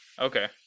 Okay